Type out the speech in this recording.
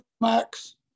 max